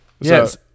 Yes